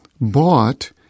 Bought